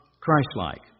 Christ-like